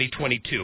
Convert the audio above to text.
2022